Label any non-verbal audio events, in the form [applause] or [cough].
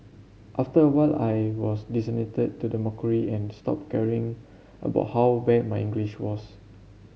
after a while I was [unintelligible] to the mockery and stopped caring about how bad my English was